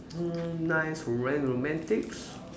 mm nice roman~ romantics